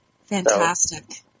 Fantastic